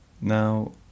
Now